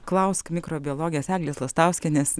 klausk mikrobiologės eglės lastauskienės